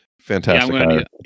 Fantastic